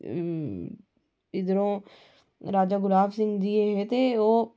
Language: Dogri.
इदरूं जदूं राजा गुलाब सिंह जी हे ते ओह्